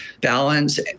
balance